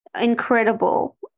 incredible